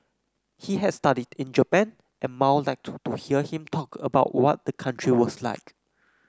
he had studied in Japan and Mao liked to to hear him talk about what the country was like